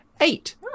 eight